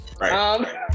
Right